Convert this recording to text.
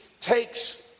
takes